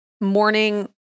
morning